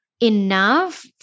enough